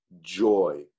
joy